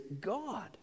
God